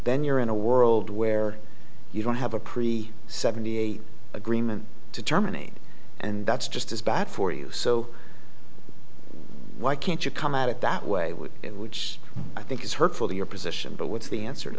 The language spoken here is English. then you're in a world where you don't have a pre seventy eight agreement to terminate and that's just as bad for you so why can't you come at it that way with it which i think is hurtful to your position but what's the answer to